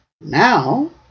Now